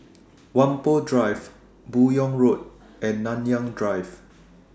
Whampoa Drive Buyong Road and Nanyang Drive